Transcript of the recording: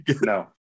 no